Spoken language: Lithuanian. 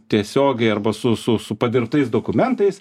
tiesiogiai arba su su su padirbtais dokumentais